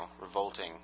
revolting